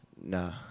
Nah